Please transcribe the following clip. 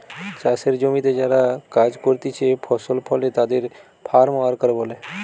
চাষের জমিতে যারা কাজ করতিছে ফসল ফলে তাদের ফার্ম ওয়ার্কার বলে